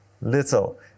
little